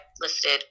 listed